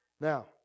Now